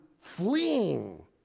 fleeing